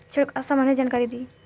छिड़काव संबंधित जानकारी दी?